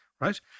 right